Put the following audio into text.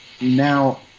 Now